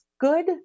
good